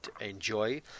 enjoy